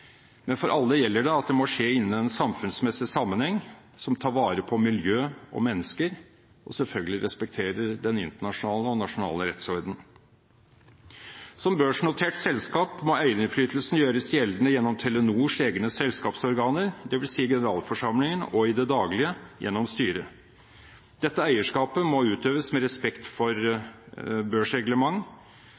men for alle gjelder det at det må skje innen en samfunnsmessig sammenheng som tar vare på miljø og mennesker og selvfølgelig respekterer den internasjonale og nasjonale rettsordenen. Som børsnotert selskap må eierinnflytelsen gjøres gjeldende gjennom Telenors egne selskapsorganer, dvs. generalforsamlingen og, i det daglige, styret. Dette eierskapet må utøves med respekt for børsreglement